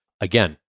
Again